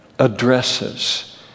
addresses